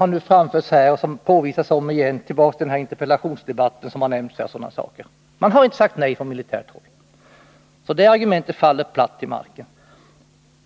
hänvisats bl.a. till den interpellationsdebatt som fördes i ämnet, men man har inte sagt nej från militärt håll, så det argumentet faller platt till marken.